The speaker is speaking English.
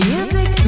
Music